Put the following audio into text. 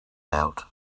out